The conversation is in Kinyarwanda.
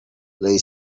ray